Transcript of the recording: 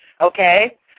Okay